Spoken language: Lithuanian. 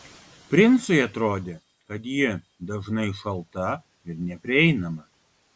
princui atrodė kad ji dažnai šalta ir neprieinama